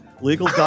Legal